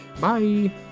Bye